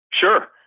Sure